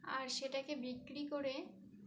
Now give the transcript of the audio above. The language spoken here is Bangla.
আর সেটাকে বিক্রি করে